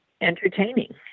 entertaining